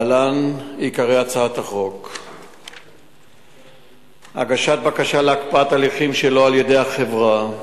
להלן עיקרי הצעת החוק: 1. הגשת בקשה להקפאת הליכים שלא על-ידי החברה,